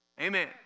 Amen